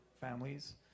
families